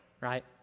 right